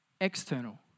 external